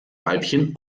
weibchen